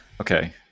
Okay